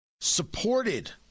supported